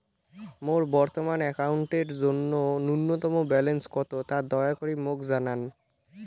মোর বর্তমান অ্যাকাউন্টের জন্য ন্যূনতম ব্যালেন্স কত তা দয়া করি মোক জানান